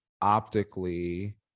optically